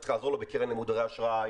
צריך לעזור לו בקרן למודרי אשראי,